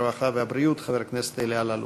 הרווחה והבריאות חבר הכנסת אלי אלאלוף.